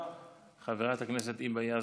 חברת הכנסת היבה יזבק,